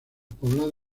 poblados